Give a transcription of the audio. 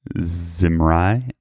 Zimri